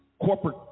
corporate